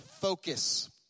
focus